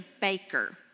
baker